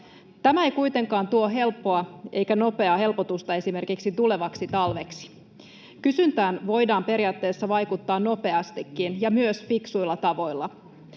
Tämä ei kuitenkaan tuo nopeaa helpotusta esimerkiksi tulevaksi talveksi. Kysyntään voidaan periaatteessa vaikuttaa nopeastikin ja myös fiksuilla tavoilla.